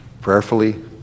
Prayerfully